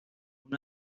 por